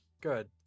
Good